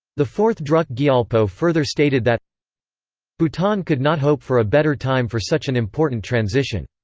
the fourth druk gyalpo further stated that bhutan could not hope for a better time for such an important transition.